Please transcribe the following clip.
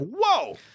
whoa